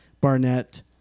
Barnett